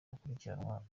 bakurikiranwa